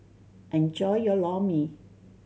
enjoy your Lor Mee